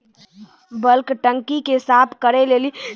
bulk टंकी के साफ करै लेली गरम पानी के इस्तेमाल करलो जाय छै